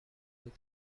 بود